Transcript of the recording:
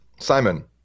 Simon